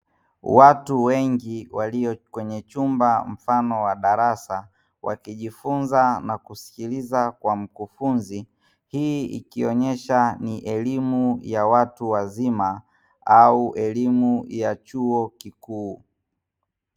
Watu wengi walio kwenye chumba mfano wa darasa wakijifunza na kusikiliza kwa mkufunzi, hii ikionyesha ni elimu ya watu wazima au elimu ya chuo kikuu.